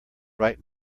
right